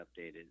updated